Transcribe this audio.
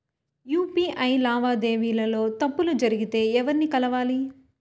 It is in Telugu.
యు.పి.ఐ లావాదేవీల లో తప్పులు జరిగితే ఎవర్ని కలవాలి?